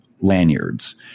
lanyards